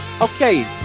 Okay